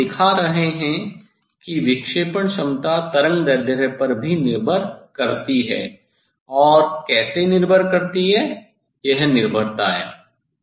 यहाँ हम दिखा रहे हैं कि विक्षेपण क्षमता तरंगदैर्ध्य पर भी निर्भर करती है और कैसे निर्भर करती है यह निर्भरता है